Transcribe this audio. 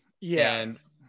yes